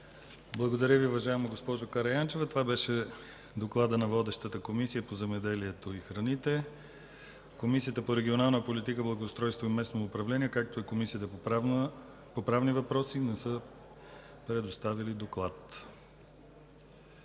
Благодаря, уважаема госпожо Караянчева. Това беше докладът на водещата Комисия по земеделието и храните. Комисията по регионална политика, благоустройство и местно управление, както и Комисията по правни въпроси не са предоставили доклади.